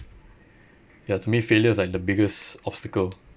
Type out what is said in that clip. ya to me failure is like the biggest obstacle